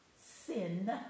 sin